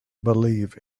believe